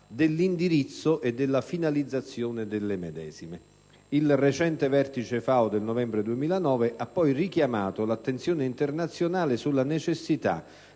dell'indirizzo e della finalizzazione delle medesime. II recente Vertice FAO del novembre 2009 ha richiamato l'attenzione internazionale sulla necessità